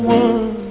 one